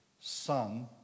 son